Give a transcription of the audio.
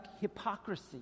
hypocrisy